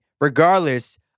regardless